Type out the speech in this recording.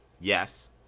Yes